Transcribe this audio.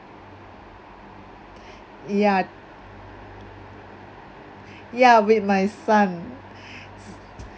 ya ya with my family